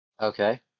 Okay